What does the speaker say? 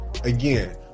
Again